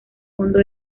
fondo